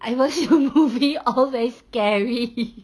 I was movie all very scary